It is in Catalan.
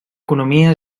economia